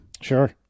Sure